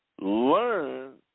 learn